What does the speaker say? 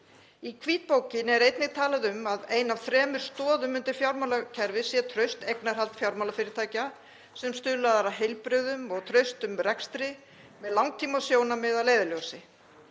Í hvítbókinni er einnig talað um að ein af þremur stoðum undir fjármálakerfið sé traust eignarhald fjármálafyrirtækja sem stuðlar að heilbrigðum og traustum rekstri með langtímasjónarmið að leiðarljósi.